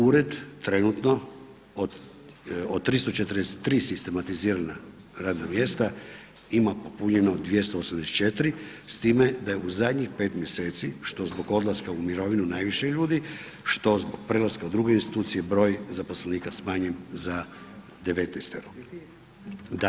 Ured trenutno od 343 sistematizirana radna mjesta ima popunjeno 284 s time da je u zadnjih 5 mjeseci što zbog odlaska u mirovinu najviše ljudi, što zbog prelaska u druge institucije broj zaposlenika smanjen za 19-toro.